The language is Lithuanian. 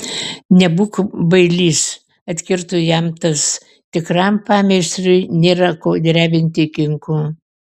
nebūk bailys atkirto jam tas tikram pameistriui nėra ko drebinti kinkų